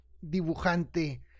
dibujante